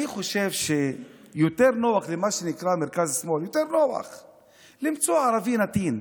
אני חושב שיותר נוח למה שנקרא מרכז-שמאל למצוא ערבי נתין.